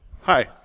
Hi